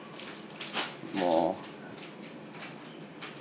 more